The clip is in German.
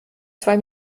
zwei